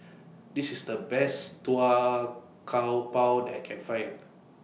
This IS The Best Pau I Can Find